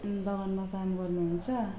बगानमा काम गर्नुहुन्छ